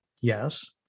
Yes